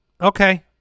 Okay